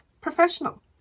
professional